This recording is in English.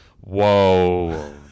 Whoa